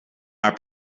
are